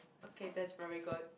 okay that's very good